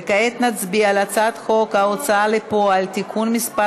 וכעת נצביע על הצעת חוק ההוצאה לפועל (תיקון מס'